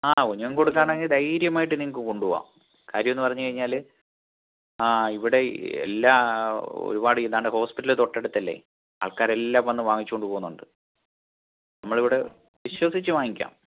ആ കുഞ്ഞുങ്ങൾക്ക് കൊടുക്കാനാണെങ്കിൽ ധൈര്യമായിട്ട് നിങ്ങൾക്ക് കൊണ്ടുപോകാം കാര്യമെന്ന് പറഞ്ഞുകഴിഞ്ഞാൽ ആ ഇവിടെ എല്ലാം ഒരുപാട് ഇതാണ്ട് ഹോസ്പിറ്റല് തൊട്ടടുത്തല്ലേ ആൾക്കാരെല്ലാം വന്ന് വാങ്ങിച്ച് കൊണ്ടുപോകുന്നുണ്ട് നമ്മളിവിടെ വിശ്വസിച്ച് വാങ്ങിക്കാം